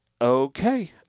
okay